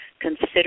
consider